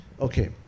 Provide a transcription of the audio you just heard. Okay